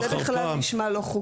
זה בכלל נשמע לא חוקי.